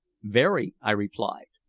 very, i replied.